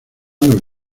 nos